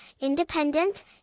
independent